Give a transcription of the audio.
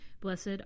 Blessed